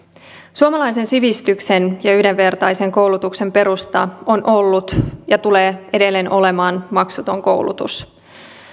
suomalaisen sivistyksen ja yhdenvertaisen koulutuksen perusta on ollut ja tulee edelleen olemaan maksuton koulutus